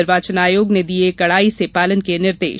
निर्वाचन आयोग ने दिए कडाई से पालन के निर्देश